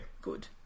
good